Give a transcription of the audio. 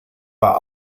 war